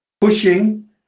pushing